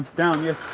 down yes